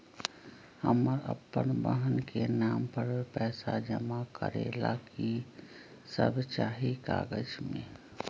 हमरा अपन बहन के नाम पर पैसा जमा करे ला कि सब चाहि कागज मे?